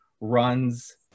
runs